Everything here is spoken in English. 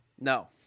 No